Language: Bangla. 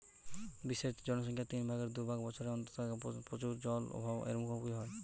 বিশ্বের জনসংখ্যার তিন ভাগের দু ভাগ বছরের অন্তত এক মাস প্রচুর জলের অভাব এর মুখোমুখী হয়